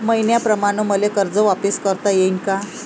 मईन्याप्रमाणं मले कर्ज वापिस करता येईन का?